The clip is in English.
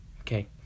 Okay